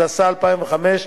התשס"ה 2005,